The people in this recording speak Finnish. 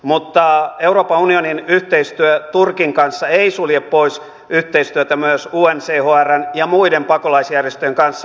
mutta euroopan unionin yhteistyö turkin kanssa ei sulje pois yhteistyötä myös unhcrn ja muiden pakolaisjärjestöjen kanssa